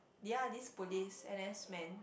ya this police N_S man